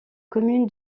commune